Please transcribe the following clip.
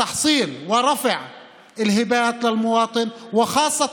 במטרה לשפר ולהעלות את המענקים לאזרח,